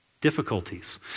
difficulties